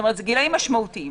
כלומר אלה גילאים משמעותיים.